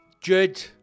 jude